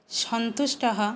सन्तुष्टः